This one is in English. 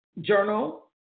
journal